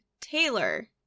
Taylor